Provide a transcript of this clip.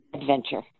adventure